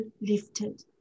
lifted